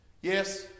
Yes